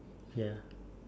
ya